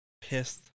pissed